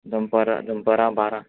दोनपरां दोनपरां बारा